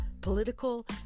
political